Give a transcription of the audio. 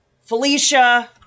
Felicia